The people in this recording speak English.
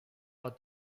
how